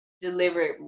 delivered